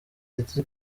city